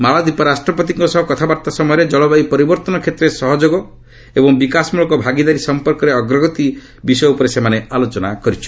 ମାଳଦୀପ ରାଷ୍ଟ୍ରପତିଙ୍କ ସହ କଥାବାର୍ତ୍ତା ସମୟରେ ଜଳବାୟୁ ପରିବର୍ତ୍ତନ କ୍ଷେତ୍ରରେ ସହଯୋଗ ଏବଂ ବିକାଶମଳକ ଭାଗିଦାରୀ ସମ୍ପର୍କରେ ଅଗ୍ରଗତି ସଂକ୍ରାନ୍ତରେ ସେମାନେ ଆଲୋଚନା କରିଛନ୍ତି